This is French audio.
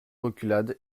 reculades